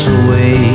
away